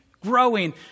growing